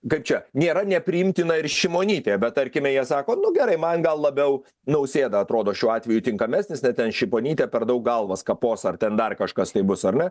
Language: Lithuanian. kaip čia nėra nepriimtina ir šimonytė bet tarkime jie sako nu gerai man gal labiau nausėda atrodo šiuo atveju tinkamesnis ten šiponytė per daug galvas kapos ar ten dar kažkas tai bus ar ne